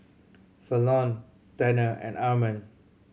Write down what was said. Falon Tanner and Armond